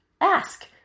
ask